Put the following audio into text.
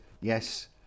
yes